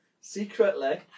Secretly